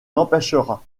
empêchera